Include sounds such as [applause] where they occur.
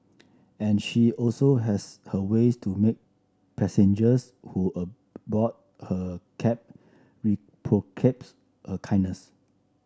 and she also has her ways to make passengers who aboard her cab [unintelligible] her kindness